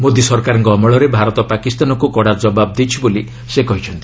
ମୋଦି ସରକାରଙ୍କ ଅମଳରେ ଭାରତ ପାକିସ୍ତାନକୁ କଡ଼ା ଜବାବ ଦେଇଛି ବୋଲି ସେ କହିଛନ୍ତି